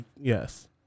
Yes